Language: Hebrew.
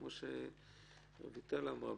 וכמו שרויטל אמרה,